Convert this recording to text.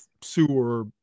sewer